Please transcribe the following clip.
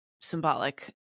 symbolic